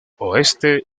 oeste